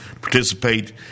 participate